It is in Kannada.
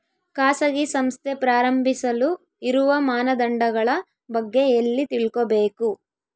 ಖಾಸಗಿ ಸಂಸ್ಥೆ ಪ್ರಾರಂಭಿಸಲು ಇರುವ ಮಾನದಂಡಗಳ ಬಗ್ಗೆ ಎಲ್ಲಿ ತಿಳ್ಕೊಬೇಕು?